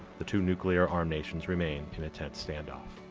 the two nuclear-armed nations remain in intense standoff.